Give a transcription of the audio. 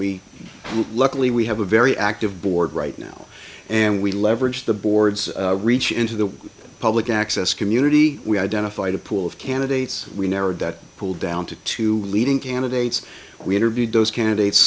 we luckily we have a very active board right now and we leverage the board's reach into the public access community we identified a pool of candidates we narrowed that pool down to two leading candidates we interviewed those candidates